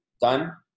done